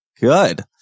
Good